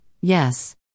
Yes